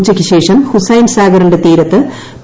ഉച്ചയ്ക്ക് ശേഷം ഹുസൈൻസാഗറിന്റെ തീരത്ത് പി